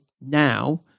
now